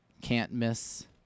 can't-miss